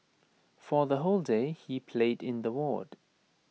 for the whole day he played in the ward